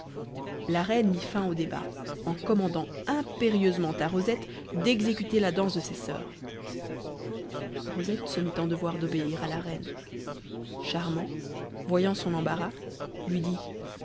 la reine mit fin au débat en commandant impérieusement à rosette d'exécuter la danse de ses soeurs rosette se mit en devoir d'obéir à la reine charmant voyant son embarras lui dit